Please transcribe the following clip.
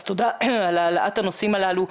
אז תודה על העלאת הנושאים הללו.